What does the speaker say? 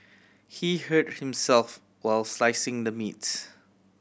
he hurt himself while slicing the meats